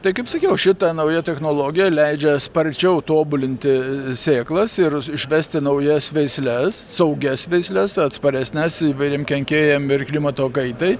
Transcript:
tai kaip sakiau šita nauja technologija leidžia sparčiau tobulinti sėklas ir išvesti naujas veisles saugias veisles atsparesnes įvairiem kenkėjam ir klimato kaitai